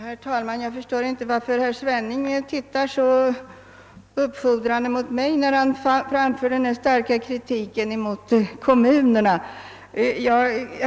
Herr talman! Jag förstår inte varför herr Svenning ser så uppfordrande på mig när han framför sin starka kritik mot kommunerna.